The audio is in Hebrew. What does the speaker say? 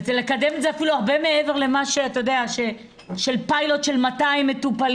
לקדם את זה אפילו הרבה מעבר לפיילוט של 200 מטופלים,